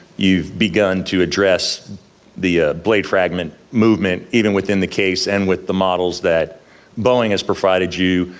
you've begun to address the blade fragment movement even within the case and with the models that boeing has provided you,